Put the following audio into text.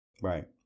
Right